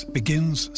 begins